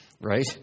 right